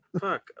Fuck